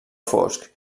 fosc